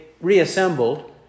reassembled